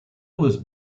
was